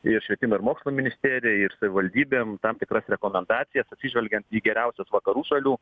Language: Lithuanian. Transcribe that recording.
ir švietimo ir mokslo ministerijai ir savivaldybėm tam tikras rekomendacijas atsižvelgiant į geriausias vakarų šalių